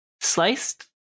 sliced